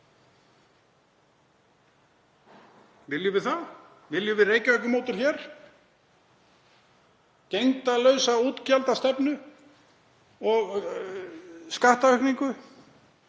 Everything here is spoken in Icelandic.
Viljum við það? Viljum við Reykjavíkurmódel hér, gegndarlausa útgjaldastefnu og skattaaukningu,